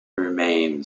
remained